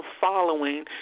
following